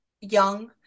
young